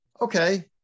okay